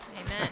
amen